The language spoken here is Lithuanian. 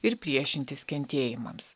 ir priešintis kentėjimams